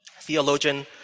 theologian